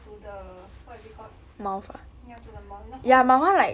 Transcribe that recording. to the what is it called ya to the mouth you know how